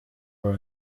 row